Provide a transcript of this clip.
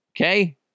Okay